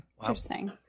Interesting